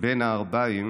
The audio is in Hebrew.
בין הערביים